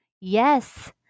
Yes